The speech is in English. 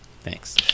Thanks